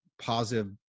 positive